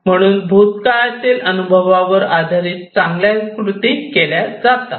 म्हणून भूतकाळातील अनुभवावर आधारित चांगल्या कृती केल्या जातात